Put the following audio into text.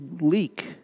leak